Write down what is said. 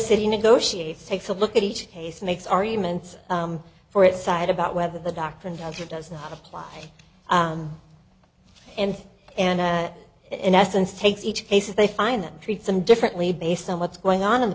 city negotiates takes a look at each case makes arguments for its side about whether the doctrine of who does not apply and and in essence takes each case as they find them treat them differently based on what's going on in